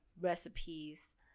recipes